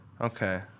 Okay